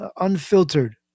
unfiltered